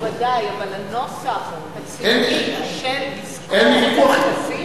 ודאי, אבל הנוסח הציוני של "יזכור" בטקסים,